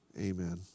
Amen